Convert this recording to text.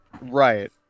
Right